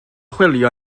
chwilio